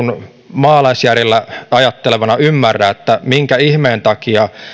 maalaisjärjellä ajattelevana sitä ymmärrä minkä ihmeen takia